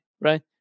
right